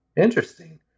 interesting